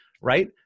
right